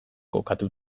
kokatua